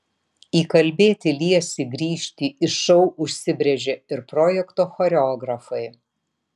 įkalbėti liesį grįžti į šou užsibrėžė ir projekto choreografai